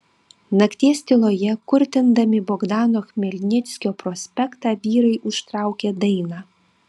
nakties tyloje kurtindami bogdano chmelnickio prospektą vyrai užtraukė dainą